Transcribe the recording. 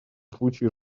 случаи